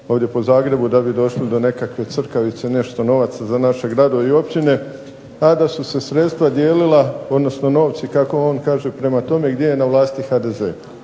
ovdje po Zagrebu da bi došli do nekakve crkavice, nešto novaca za naše gradove i općine, a da su sredstva dijelila, odnosno novci kako on kaže prema tome gdje je na vlasti HDZ.